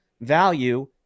value